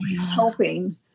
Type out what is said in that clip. helping